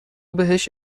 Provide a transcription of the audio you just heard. بهش